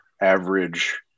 average